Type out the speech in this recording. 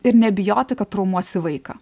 ir nebijoti kad traumuosi vaiką